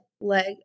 leg